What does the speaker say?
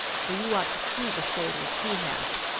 for you ought to see the shoulders he has.